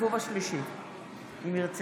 בשמות חברי הכנסת) איתמר בן גביר,